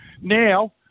Now